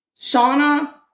Shauna